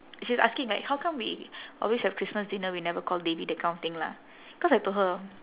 she was asking like how come we always have christmas dinner we never call devi that kind of thing lah cause I told her